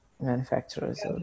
manufacturers